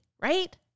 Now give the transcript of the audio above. right